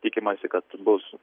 tikimasi kad bus